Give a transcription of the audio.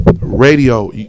Radio